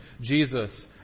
Jesus